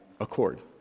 accord